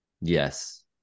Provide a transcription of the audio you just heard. Yes